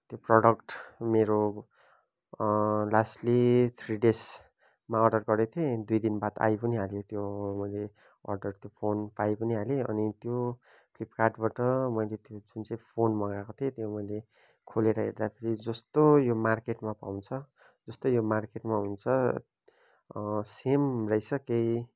त्यो प्रडक्ट मेरो lastly three डेजमा अर्डर गरेको थिएँ दुई दिन बाद आइ पनि हाल्यो त्यो मैले अर्डर त्यो फोन पाइ पनि हालेँ अनि त्यो फ्लिपकार्टबाट मैले त्यो जुन चाहिँ फोन मगाएको थिएँ त्यो मैले खोलेर हेर्दाखेरि जस्तो यो मार्केटमा पाउँछ जस्तै यो मार्केटमा हुन्छ सेम रहेछ केही